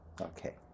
Okay